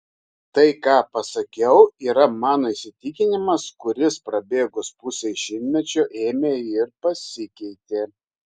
tai ką pasakiau yra mano įsitikinimas kuris prabėgus pusei šimtmečio ėmė ir pasikeitė